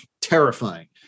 terrifying